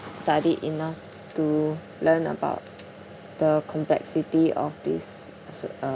studied enough to learn about the complexity of this surgery